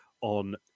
on